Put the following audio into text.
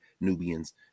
Nubians